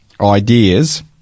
ideas